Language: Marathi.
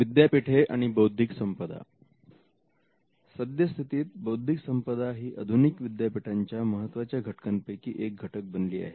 विद्यापीठे आणि बौद्धिक संपदा सद्यस्थितीत बौद्धिक संपदा ही आधुनिक विद्यापीठांच्या महत्वाच्या घटकांपैकी एक घटक बनली आहे